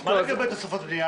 --- מה לגבי תוספות בנייה?